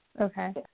okay